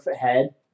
head